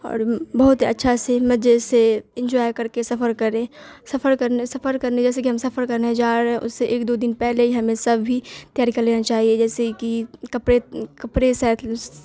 اور بہت ہی اچھا سے مزے سے انجوائے کر کے سفر کرے سفر کرنے سفر کرنے جیسے کہ ہم سفر کرنے جا رہے ہیں اس سے ایک دو دن پہلے ہی ہمیں سبھی تیاری کر لینا چاہیے جیسے کہ کپڑے کپڑے سیٹ